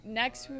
next